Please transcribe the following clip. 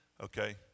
okay